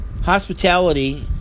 Hospitality